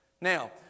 Now